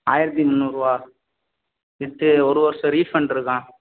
ஆயிரத்து முன்னூறுவா வித்து ஒரு வருஷம் ரீஃபண்ட் இருக்கான்